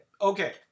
Okay